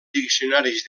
diccionaris